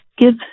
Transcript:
give